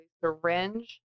syringe